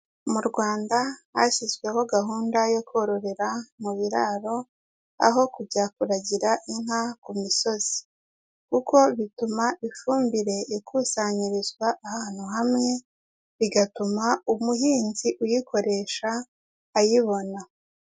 Mu Rwanda hashyizweho gahunda yo kororera mu biraro aho kujya kuragira inka ku misozi kuko bituma ifumbire ikusanyirizwa ahantu hamwe bigatuma umuhinzi uyikoresha ayibona.